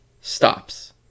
stops